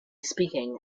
speaking